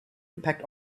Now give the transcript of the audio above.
impact